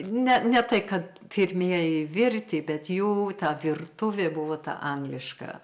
ne ne tai kad pirmieji virti bet jų ta virtuvė buvo ta angliška